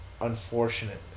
unfortunate